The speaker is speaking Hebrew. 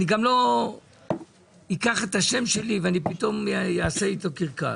אני גם לא אקח את השם שלי ואני פתאום אעשה איתו קרקס.